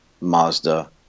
Mazda